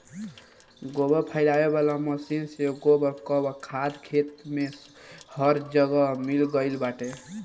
गोबर फइलावे वाला मशीन से गोबर कअ खाद खेत में हर जगह मिल गइल बाटे